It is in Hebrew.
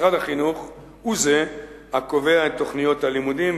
משרד החינוך הוא זה הקובע את תוכניות הלימודים,